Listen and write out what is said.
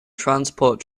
transport